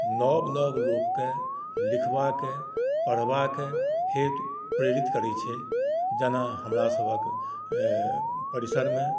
नव नव लोकके लिखबाक पढ़बाक हेतु प्रेरित करै छै जेना हमरासभ के परिसरमे